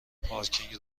پارکینگ